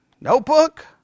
Notebook